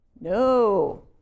No